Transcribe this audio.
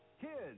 kids